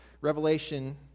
Revelation